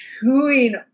chewing